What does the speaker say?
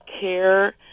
care